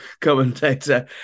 commentator